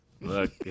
Look